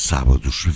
Sábados